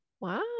Wow